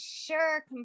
sure